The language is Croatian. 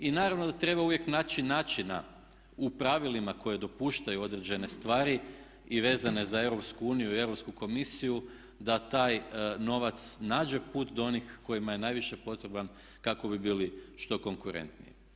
I naravno da treba uvijek naći načina u pravilima koje dopuštaju određene stvari i vezane za Europsku uniju i Europsku komisiju da taj novac nađe put do onih kojima je najviše potreban kako bi bili što konkurentniji.